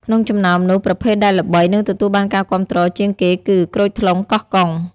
ក្នុងចំណោមនោះ ប្រភេទដែលល្បី និងទទួលបានការគាំទ្រជាងគេគឺ ក្រូចថ្លុងកោះកុង។